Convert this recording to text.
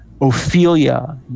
Ophelia